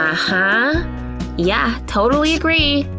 ah and yeah, totally agree.